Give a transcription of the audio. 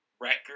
record